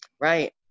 Right